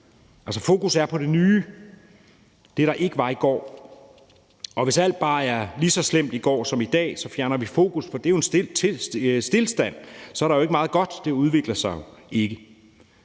Fokus er på det nye, det, der ikke var i går. Og hvis alt bare var lige så slemt i går som i dag, fjerner vi fokus fra det, for det er jo en stilstand; så er der jo ikke meget godt, det udvikler sig jo ikke.